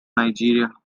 nigeria